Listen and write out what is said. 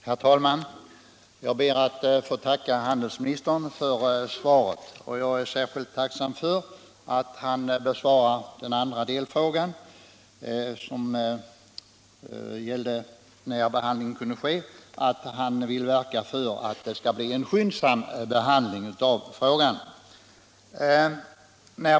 Herr talman! Jag ber att få tacka handelsministern för svaret. Jag är särskilt tacksam för svaret på den andra delfrågan, som gällde när behandlingen skulle kunna ske, och för att handelsministern vill verka för en skyndsam behandling av frågan.